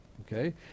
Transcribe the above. okay